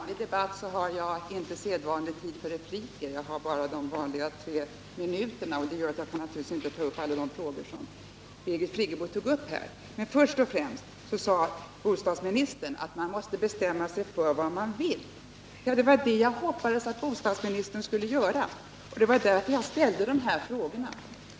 Herr talman! Eftersom jag fick interpellationssvaret mitt inne i en vanlig debatt har jag inte sedvanlig tid för repliker; jag har bara de vanliga tre minuterna. Det gör att jag inte kan ta upp alla de frågor som Birgit Friggebo tog upp. Bostadsministern sade att man måste bestämma sig för vad man vill. Ja, det var det jag hoppades att bostadsministern skulle göra. Det var därför jag ställde de här frågorna.